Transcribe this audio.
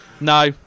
No